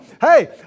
Hey